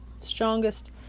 strongest